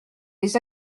les